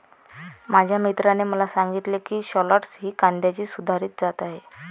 माझ्या मित्राने मला सांगितले की शालॉट्स ही कांद्याची सुधारित जात आहे